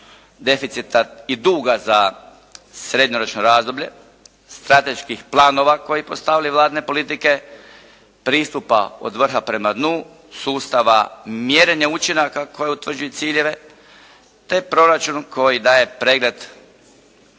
deficita i duga za srednjoročno razdoblje, strateških planova koji postavljaju vladine politike, pristupa od vrha prema dnu, sustava mjerenja učinaka koji utvrđuju ciljeve, te proračun koji daje pregled